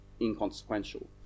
inconsequential